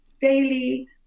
daily